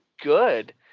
good